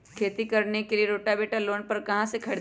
खेती करने के लिए रोटावेटर लोन पर कहाँ से खरीदे?